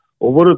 over